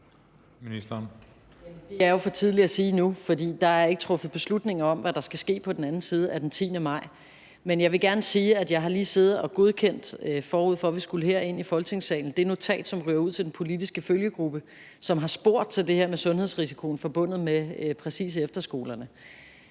for tidligt at sige nu, for der er ikke truffet beslutning om, hvad der skal ske på den anden side af den 10. maj. Men jeg vil gerne sige, at jeg, forud for vi skulle her ind i Folketingssalen, lige har siddet og godkendt det notat, som ryger ud til den politiske følgegruppe, som har spurgt til det her med sundhedsrisikoen præcis forbundet med efterskolerne.